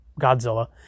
Godzilla